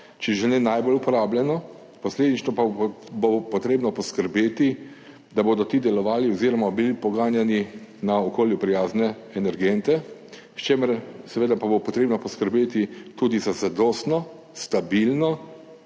če že ne najbolj uporabljeno, posledično pa bo treba poskrbeti, da bodo ti delovali oziroma bodo poganjani na okolju prijazne energente, s čimer pa bo seveda treba poskrbeti tudi za zadostno, stabilno